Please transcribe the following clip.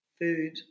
food